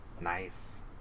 Nice